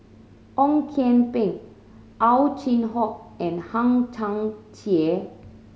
Ong Kian Peng Ow Chin Hock and Hang Chang Chieh